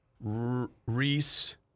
Reese